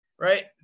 right